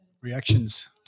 reactions